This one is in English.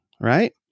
right